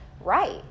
right